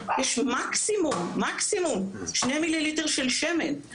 יש מקסימום 2 מיליליטר של שמן.